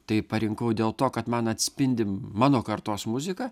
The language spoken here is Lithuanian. tai parinkau dėl to kad man atspindi mano kartos muziką